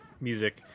music